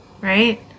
Right